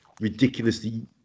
ridiculously